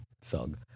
song